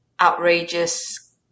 outrageous